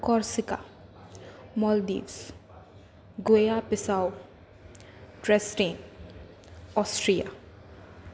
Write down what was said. Corsica Maldives ગોયા પિસાઓ ટ્રેસ્ટીન ઑસ્ટ્રિયા